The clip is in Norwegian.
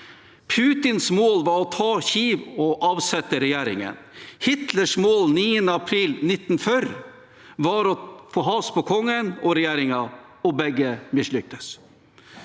Putins mål var å ta Kyiv og avsette regjeringen. Hitlers mål 9. april 1940 var å få has på kongen og regjeringen. Begge mislyktes.